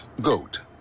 Goat